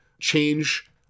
change